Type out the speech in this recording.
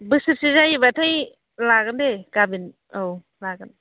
बोसोरसे जायोबाथाय लागोन दे गाभिन औ लागोन